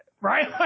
right